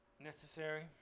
Necessary